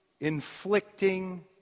inflicting